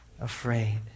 Afraid